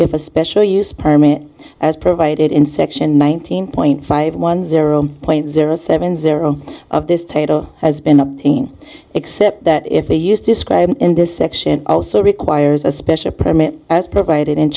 if a special use permit as provided in section one thousand point five one zero point zero seven zero of this title has been a thing except that if the use described in this section also requires a special permit as provided in